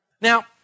Now